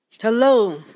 Hello